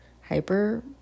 hyper